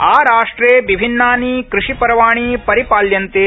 आराष्ट्रे विभिन्नानि कृषिपर्वाणि परिपाल्यन्ते